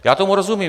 Já tomu rozumím.